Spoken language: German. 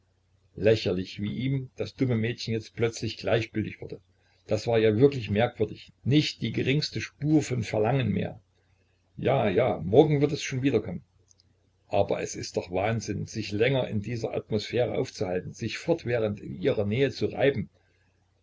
lächerlich wie ihm das dumme mädchen jetzt plötzlich gleichgültig wurde das war wirklich merkwürdig nicht die geringste spur von verlangen mehr ja ja morgen wird es schon wieder kommen aber es ist doch wahnsinn sich länger in dieser atmosphäre aufzuhalten sich fortwährend an ihrer nähe zu reiben